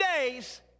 days